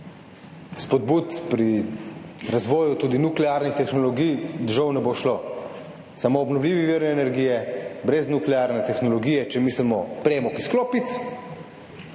spodbud pri razvoju tudi nuklearnih tehnologij žal ne bo šlo. Samo obnovljivi viri energije brez nuklearne tehnologije, če mislimo izklopiti